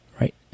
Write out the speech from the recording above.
right